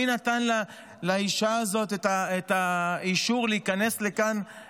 מי נתן לאישה הזאת את האישור להיכנס לכאן